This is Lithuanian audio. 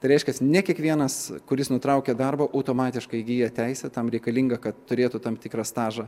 tai reiškias ne kiekvienas kuris nutraukia darbą automatiškai įgyja teisę tam reikalingą kad turėtų tam tikrą stažą